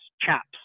chaps